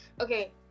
okay